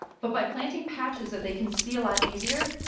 but by planting patches that they can see a lot easier,